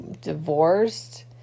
divorced